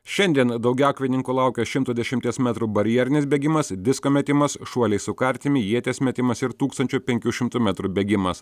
šiandien daugiakovininko laukia šimto dešimties metrų barjerinis bėgimas disko metimas šuoliai su kartimi ieties metimas ir tūkstančio penkių šimtų metrų bėgimas